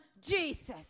Jesus